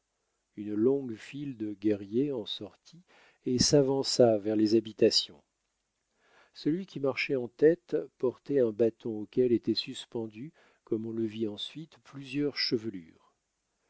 une longue file de guerriers en sortit et s'avança vers les habitations celui qui marchait en tête portait un bâton auquel étaient suspendues comme on le vit ensuite plusieurs chevelures